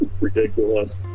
ridiculous